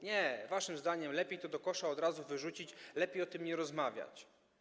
Nie, waszym zdaniem lepiej to do kosza od razu wyrzucić, lepiej o tym nie rozmawiać.